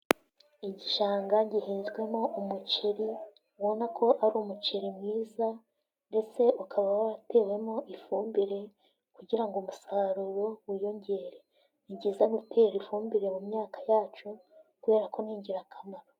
Igishanga gihinzwemo umuceri ubona ko ari umuceri mwiza, ndetse ukaba waratewemo ifumbire kugira ngo umusaruro wiyongere. Ni byiza gutera ifumbire mu myaka yacu kubera ko ni ingirakamaro.